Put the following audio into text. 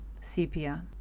sepia